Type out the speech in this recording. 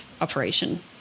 operation